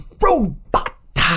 robot